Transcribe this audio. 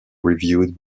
reviewed